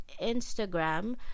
Instagram